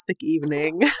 evening